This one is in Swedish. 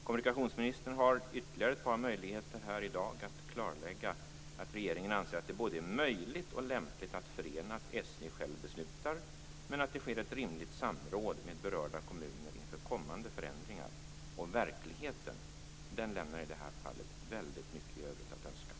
Kommunikationsministern har ytterligare ett par möjligheter här i dag att klarlägga att regeringen anser att det är både möjligt och lämpligt att förena att SJ själv beslutar om den framtida persontrafiken och att ett rimligt samråd alltid sker med berörda kommuner inför kommande förändringar. Verkligheten lämnar i det här fallet väldigt mycket övrigt att önska.